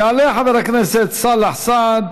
יעלה חבר הכנסת סאלח סעד,